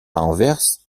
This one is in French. anvers